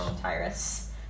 Tyrus